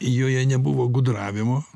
joje nebuvo gudravimo